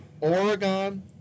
Oregon